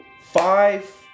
Five